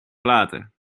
platen